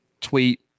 tweet